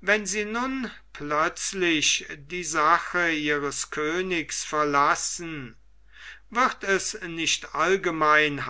wenn sie nun plötzlich die sache ihres königs verlassen wird es nicht allgemein